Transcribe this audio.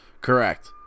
Correct